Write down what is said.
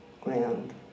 ground